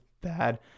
bad